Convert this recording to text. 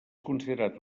considerat